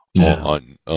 on